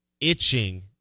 Itching